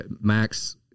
Max